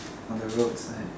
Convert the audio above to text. on the roadside